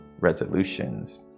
resolutions